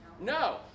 No